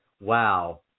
Wow